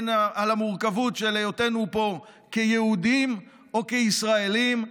על המורכבות של היותנו פה כיהודים או כישראלים,